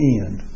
end